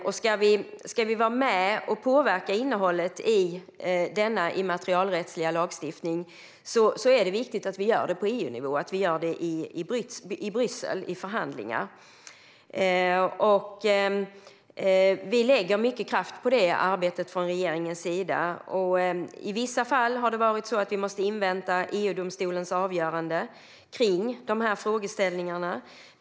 Om vi ska vara med och påverka innehållet i denna immaterialrättsliga lagstiftning är det viktigt att vi gör det på EU-nivå i förhandlingar i Bryssel. Regeringen lägger mycket kraft på detta arbete. I vissa fall har vi varit tvungna att invänta EU-domstolens avgörande när det gäller dessa frågeställningar.